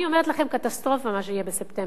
אני אומרת לכם: קטסטרופה, מה שיהיה בספטמבר,